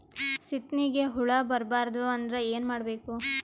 ಸೀತ್ನಿಗೆ ಹುಳ ಬರ್ಬಾರ್ದು ಅಂದ್ರ ಏನ್ ಮಾಡಬೇಕು?